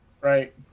right